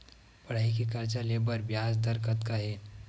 पढ़ई के कर्जा ले बर ब्याज दर कतका हे?